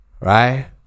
right